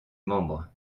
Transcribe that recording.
membres